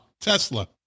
Tesla